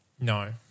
No